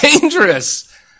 Dangerous